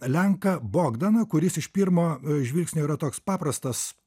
lenką bogdaną kuris iš pirmo žvilgsnio yra toks paprastas